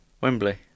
Wembley